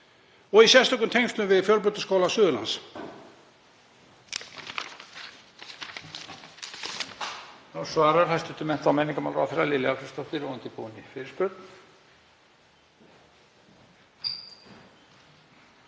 og í sérstökum tengslum við Fjölbrautaskóla Suðurlands?